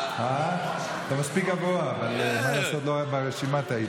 אתה מספיק גבוה, אבל טעיתי ברשימה.